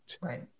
Right